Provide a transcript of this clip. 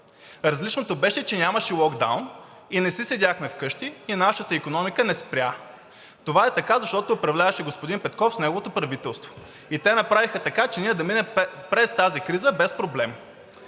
Различното беше, че нямаше локдаун и не си седяхме вкъщи, и нашата икономика не спря. Това е така, защото управляваше господин Петков с неговото правителство и те направиха така, че ние да минем през тази криза без проблем.